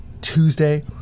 Tuesday